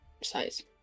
size